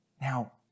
Now